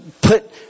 put